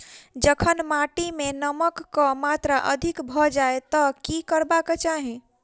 जखन माटि मे नमक कऽ मात्रा अधिक भऽ जाय तऽ की करबाक चाहि?